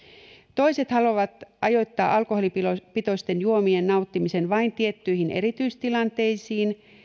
toiset haluavat ajoittaa alkoholipitoisten juomien nauttimisen vain tiettyihin erityistilanteisiin